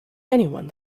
anyone